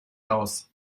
aus